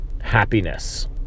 happiness